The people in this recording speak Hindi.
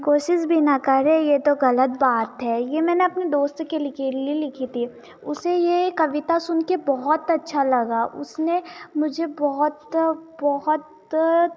कोशिश भी न करें ये तो गलत बात है यह मैंने अपने दोस्तों के ली के लिए लिखी थी उसे यह कविता सुन कर बहुत अच्छा लगा उसने मुझे बहुत बहुत